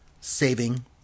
Saving